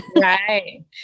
Right